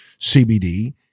CBD